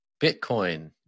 Bitcoin